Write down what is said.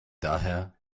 daher